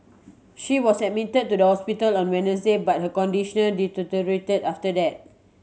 she was admit to the hospital on Wednesday but her conditioner deteriorated after that